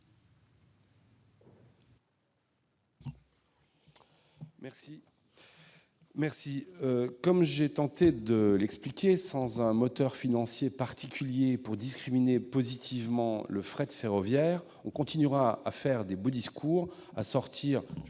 vote. Comme j'ai tenté de l'expliquer, sans un moteur financier particulier pour discriminer positivement le fret ferroviaire, on continuera à produire de beaux discours et à sortir